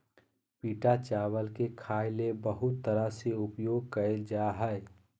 पिटा चावल के खाय ले बहुत तरह से उपयोग कइल जा हइ